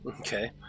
Okay